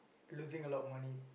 losing a lot of money